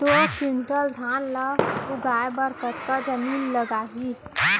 दो क्विंटल धान ला उगाए बर कतका जमीन लागही?